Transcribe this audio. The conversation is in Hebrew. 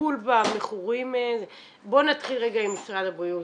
הטיפול במכורים --- בוא נתחיל רגע עם משרד הבריאות.